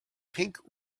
pink